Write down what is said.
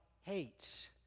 hates